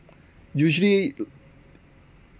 usually